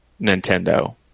Nintendo